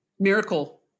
miracle